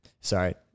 Sorry